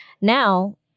Now